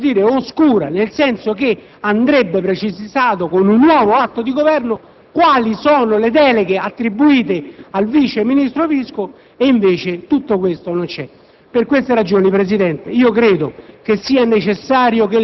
Ora, noi siamo in una vicenda per così dire oscura, nel senso che andrebbe precisato con un nuovo atto di Governo quali sono le deleghe attribuite al vice ministro Visco e invece tutto questo non c'è.